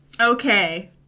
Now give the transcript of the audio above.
Okay